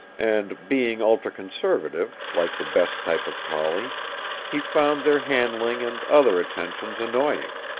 and being ultraconservative, like the best type of collie he found their handling and other attentions annoying.